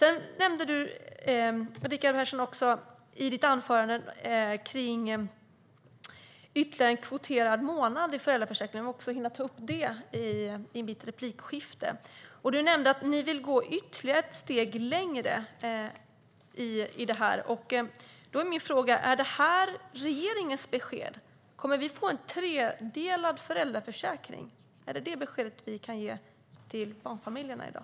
Du, Rickard Persson, nämnde också i ditt anförande ytterligare en kvoterad månad i föräldraförsäkringen, något som jag också skulle vilja hinna ta upp i mitt replikskifte. Du sa att ni vill gå ytterligare ett steg längre. Då är min fråga: Är det här regeringens besked? Kommer vi att få en tredelad föräldraförsäkring? Är det detta besked vi kan ge till barnfamiljerna i dag?